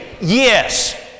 Yes